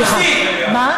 סליחה, לא,